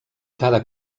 cada